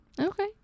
Okay